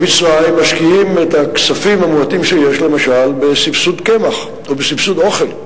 במצרים משקיעים את הכספים המועטים שיש למשל בסבסוד קמח או בסבסוד אוכל.